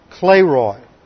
Clayroy